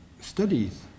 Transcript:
studies